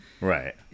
Right